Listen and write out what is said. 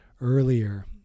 earlier